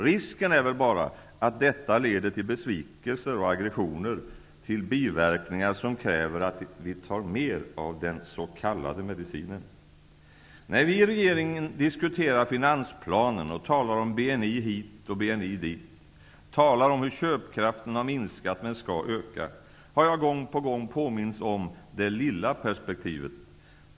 Risken är väl bara att detta leder till besvikelser och aggressioner, till biverkningar som kräver att vi tar mer av den s.k. medicinen. När vi i regeringen diskuterar finansplanen och talar om BNI hit och BNI dit, talar om hur köpkraften har minskat men skall öka, har jag gång på gång påmints om det lilla perspektivet.